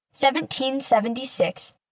1776